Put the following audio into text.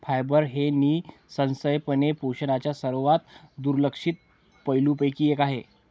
fibre हे निःसंशयपणे पोषणाच्या सर्वात दुर्लक्षित पैलूंपैकी एक आहे